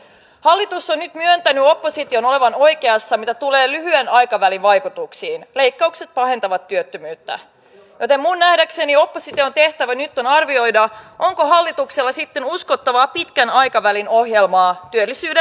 hallitus on nyt myöntänyt opposition olevan oikeassa mitä tulee lyhyen aikavälin vaikutuksiin leikkaukset pahentavat työttömyyttä joten minun nähdäkseni opposition tehtävä nyt on arvioida onko hallituksella sitten uskottavaa pitkän aikavälin ohjelmaa työllisyyden parantamiseksi